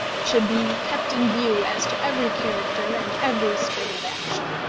should be kept in view as to every character and every string of action.